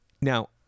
Now